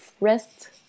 rest